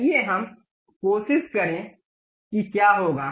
आइए हम कोशिश करें कि क्या होगा